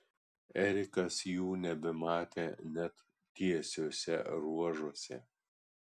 erikas jų nebematė net tiesiuose ruožuose